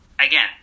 again